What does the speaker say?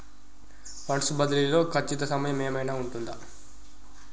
Funds బదిలీ లో ఖచ్చిత సమయం ఏమైనా ఉంటుందా?